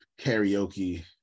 karaoke